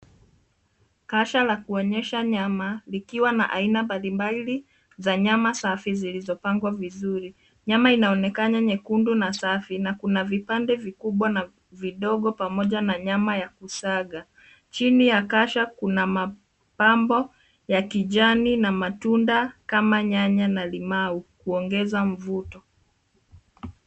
Kasha la kuonyesha nyama likiwa na aina mbali mbali za nyama safi zilizo pangwa vizuri. Nyama inaonekana nyekundu na safi na kuna vipande vikubwa na vidogo pamoja na nyama ya kusaga chini ya kasha kuna mapambo ya kijani na matunda kama nyanya na limau kuongeza mvuto.